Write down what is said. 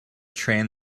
train